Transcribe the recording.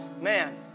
Man